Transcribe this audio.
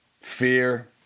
Fear